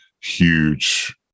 huge